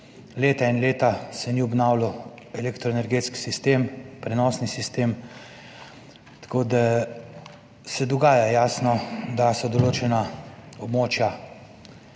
Leta in leta se ni obnavljal elektroenergetski sistem, prenosni sistem, tako da se dogaja, jasno, da so določena območja